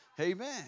Amen